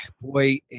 boy